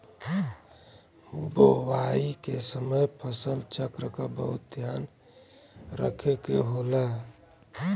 बोवाई के समय फसल चक्र क बहुत ध्यान रखे के होला